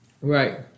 Right